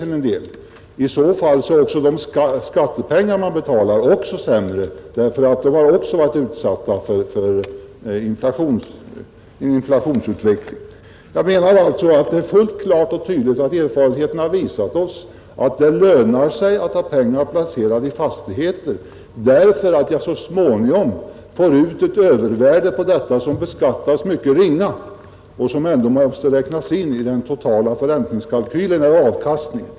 Men i så fall är också de skattepengar man betalar sämre, därför att de har också varit utsatta för inflationsutvecklingen. Jag menar alltså att erfarenheten klart har visat oss att det lönar sig att ha pengar placerade i fastigheter därför att man så småningom får ut ett övervärde som beskattas mycket ringa, vilket ändå måste räknas in i den totala förräntningskalkylen eller avkastningen.